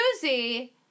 Susie